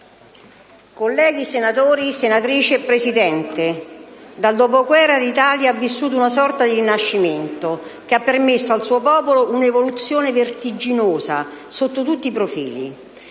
Colleghi senatori, senatrici, signor Presidente, dal dopoguerra l'Italia ha vissuto una sorta di rinascimento, che ha permesso al suo popolo un'evoluzione vertiginosa sotto tutti i profili.